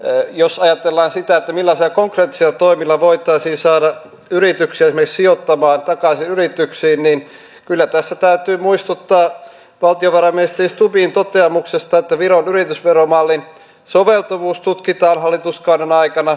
jos ajatellaan sitä millaisilla konkreettisilla toimilla voitaisiin saada yrityksiä esimerkiksi sijoittamaan takaisin yrityksiin niin kyllä tässä täytyy muistuttaa valtiovarainministeri stubbin toteamuksesta että viron yritysveromallin soveltuvuus tutkitaan hallituskauden aikana